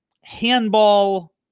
handball